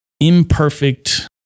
imperfect